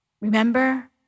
remember